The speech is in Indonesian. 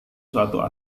suatu